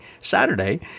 Saturday